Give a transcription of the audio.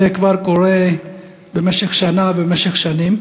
זה כבר קורה במשך שנה, במשך שנים,